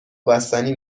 بستنی